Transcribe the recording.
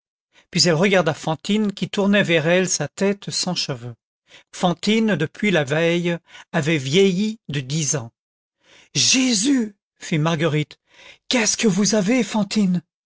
puis elle regarda fantine qui tournait vers elle sa tête sans cheveux fantine depuis la veille avait vieilli de dix ans jésus fit marguerite qu'est-ce que vous avez fantine